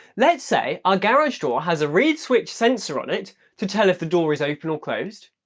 let's say our garage door has a reed switch sensor on it to tell if the door is open or closed.